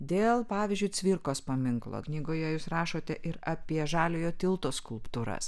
dėl pavyzdžiui cvirkos paminklo knygoje jūs rašote ir apie žaliojo tilto skulptūras